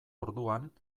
orduan